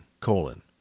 colon